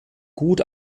gut